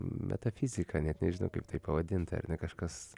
metafizika net nežinau kaip tai pavadint ar ne kažkas